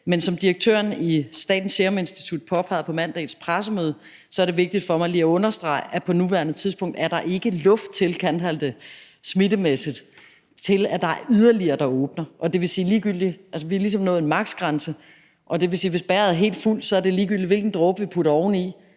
måde som direktøren i Statens Serum Institut påpegede det på mandagens pressemøde, er det vigtigt for mig lige at understrege, at på nuværende tidspunkt er der ikke luft til – kaldte han det – smittemæssigt, at der er yderligere, der åbner. Vi har ligesom nået en maksimumgrænse, og det vil sige, at når bægeret er helt fuldt, er det ligegyldigt, hvilken dråben vi fylder oveni;